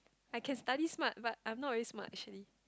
I can study smart but I'm not really smart actually